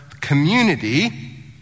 community